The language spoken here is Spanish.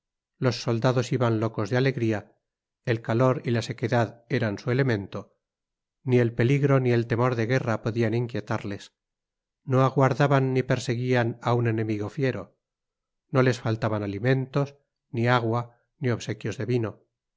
los soldados iban locos de alegría el calor y la sequedad eran su elemento ni el peligro ni el temor de guerra podían inquietarles no aguardaban ni perseguían a un enemigo fiero no les faltaban alimentos ni agua ni obsequios de vino